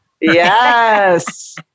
Yes